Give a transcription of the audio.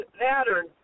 pattern